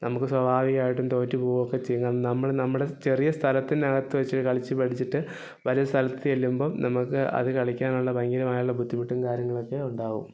നമുക്ക് സ്വാഭാവികായിട്ടും തോറ്റു പോവുകയൊക്കെ ചെയ്യും നമ്മൾ നമ്മുടെ ചെറിയ സ്ഥലത്തിനകത്ത് വച്ച് കളിച്ചു പഠിച്ചിട്ട് വലിയ സ്ഥലത്ത് ചെല്ലുമ്പോൾ നമുക്ക് അത് കളിക്കാനുള്ള ഭയങ്കരമായുള്ള ബുദ്ധിമുട്ടും കാര്യങ്ങളൊക്കെ ഉണ്ടാവും